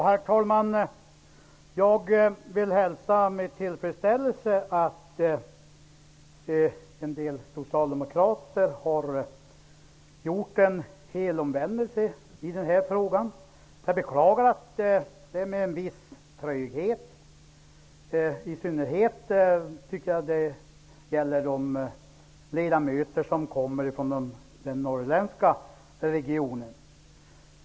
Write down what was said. Herr talman! Jag hälsar med tillfredsställelse att en del socialdemokrater har gjort en helomvändning i denna fråga. Jag beklagar att det sker med en viss tröghet. I synnerhet tycker jag att det gäller de ledamöter som kommer från den norrländska regionen.